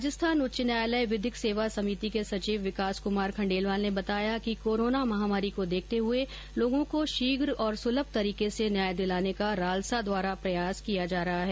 राजस्थान उच्च न्यायालय विधिक सेवा समिति के सचिव विकास कुमार खण्डेलवाल ने बताया कि कोरोना महामारी को देखते हुए लोगों को शीघ्र और सुलभ तरीके से न्याय दिलाने का राल्सा द्वारा प्रयास किया जा रहा है